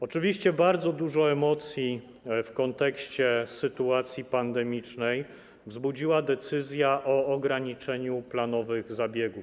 Oczywiście bardzo dużo emocji w kontekście sytuacji pandemicznej wzbudziła decyzja o ograniczeniu planowych zabiegów.